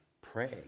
pray